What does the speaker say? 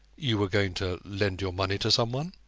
you were going to lend your money to some one?